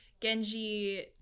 Genji